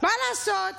מה לעשות,